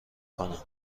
کنم